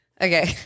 Okay